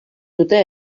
dute